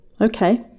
Okay